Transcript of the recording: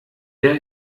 der